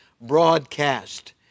broadcast